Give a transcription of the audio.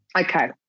okay